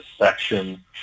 section